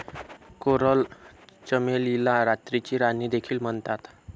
coral चमेलीला रात्रीची राणी देखील म्हणतात